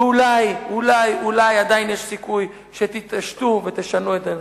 ואולי אולי אולי עדיין יש סיכוי שתתעשתו ותשנו את דעתכם.